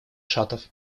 шатов